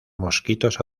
mosquitos